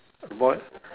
a boy